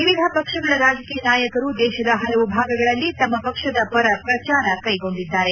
ವಿವಿಧ ಪಕ್ಷಗಳ ರಾಜಕೀಯ ನಾಯಕರು ದೇಶದ ಹಲವು ಭಾಗಗಳಲ್ಲಿ ತಮ್ನ ಪಕ್ಷದ ಪರ ಪ್ರಚಾರ ಕೈಗೊಂಡಿದ್ದಾರೆ